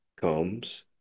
comes